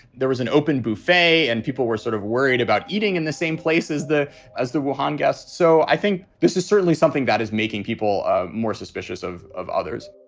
there was an open buffet and people were sort of worried about eating in the same places the as the one guest. so i think this is certainly something that is making people more suspicious of of others